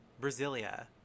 Brasilia